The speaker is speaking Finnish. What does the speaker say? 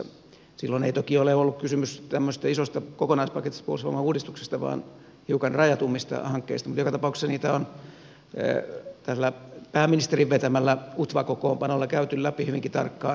silloin ei toki ole ollut kysymys tämmöisestä isosta kokonaispaketista puolustusvoimauudistuksesta vaan hiukan rajatummista hankkeista mutta joka tapauksessa niitä on tällä pääministerin vetämällä utva kokoonpanolla käyty läpi hyvinkin tarkkaan